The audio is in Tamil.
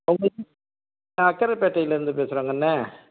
நான் அக்கரைப்பேட்டையிலிருந்து பேசுறங்கண்ணா